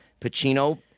Pacino